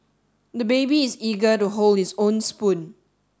the baby is eager to hold his own spoon